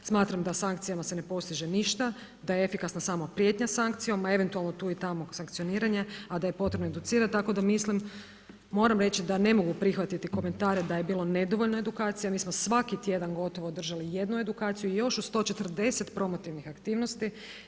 Smatram da sankcijama se ne postiže ništa, da je efikasna samo prijetnja sankcijom, a eventualno tu i tamo sankcioniranje, a da je potrebno educirati, tako da mislim, moram reći da ne mogu prihvatiti komentare da je bilo nedovoljno edukacija, mi smo svaki tjedan gotovo održali jednu edukaciju i još uz to 40 promotivnih aktivnosti.